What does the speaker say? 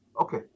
Okay